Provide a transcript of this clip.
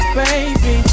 baby